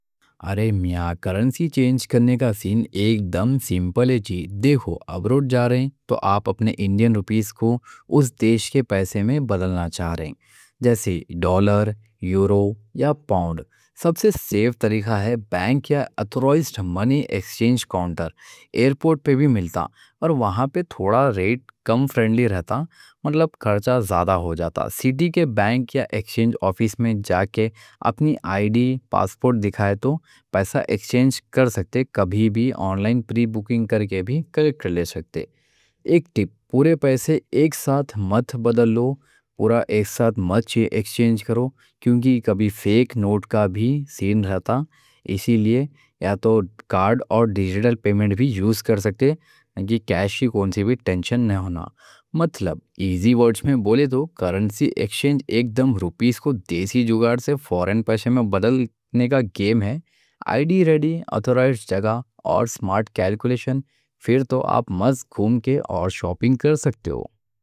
ارے میاں، کرنسی ایکسچینج کرنے کا سین ایک دم سِمپل ہے جی۔ دیکھو، ابروڈ جا رہے ہیں تو آپ اپنے انڈین روپیز کو اس دیش کے پیسے میں بدلنا چاہ رہے ہیں، جیسے ڈالر، یورو یا پاؤنڈ۔ سب سے سیف طریقہ ہے بینک یا آتھورائزڈ منی ایکسچینج کاؤنٹر؛ ایئرپورٹ پہ بھی ملتا، اور وہاں پہ تھوڑا ریٹ کم فرینڈلی رہتا، مطلب کھرچا زیادہ ہو جاتا۔ سِٹی کے بینک یا ایکسچینج آفس میں جا کے اپنی آئی ڈی، پاسپورٹ دکھائے تو پیسہ ایکسچینج کر سکتے؛ کبھی بھی آن لائن پری بُکنگ کر کے بھی کلیکٹ لے سکتے۔ ایک ٹِپ: پورے پیسے ایک ساتھ مت بدل لو، پورا ایک ساتھ مت ایکسچینج کرو، کیونکہ کبھی فیک نوٹ کا بھی سین رہتا؛ اسی لیے یا تو کارڈ اور ڈیجیٹل پیمنٹ بھی یوز کر سکتے، کی کیش کی کائیں کوں بھی ٹینشن نہیں ہونا۔ مطلب ایزی ورڈ میں بولے تو کرنسی ایکسچینج ایک دم روپیز کو دیسی جگاڑ سے فورین پیسے میں بدلنے کا گیم ہے۔ آئی ڈی ریڈی، آتھورائزڈ جگہ اور سمارٹ کیلکولیشن، پھر تو آپ مزہ گھوم کے اور شاپنگ کر سکتے ہو۔